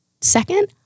second